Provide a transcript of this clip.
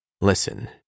Listen